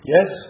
Yes